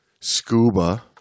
scuba